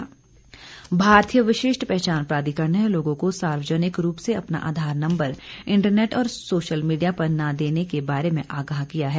आधार भारतीय विशिष्ट पहचान प्राधिकरण ने लोगों को सार्वजनिक रूप से अपना आधार नंबर इंटरनेट और सोशल मीडिया पर न देने के बारे में आगाह किया है